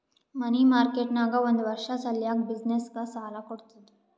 ಮನಿ market ನಾಗ್ ಒಂದ್ ವರ್ಷ ಸಲ್ಯಾಕ್ ಬಿಸಿನ್ನೆಸ್ಗ ಸಾಲಾ ಕೊಡ್ತುದ್